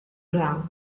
ground